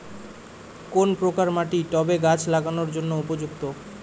কোন প্রকার মাটি টবে গাছ লাগানোর জন্য উপযুক্ত?